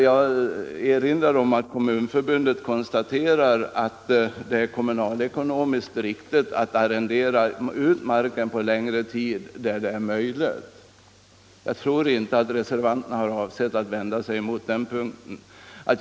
Jag erinrade om att Kommunförbundet konstaterar att det är kommunalekonomiskt riktigt att arrendera ut marken under en längre tid där det är möjligt. Jag tror inte att reservanterna har avsett att vända sig mot detta.